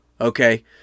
okay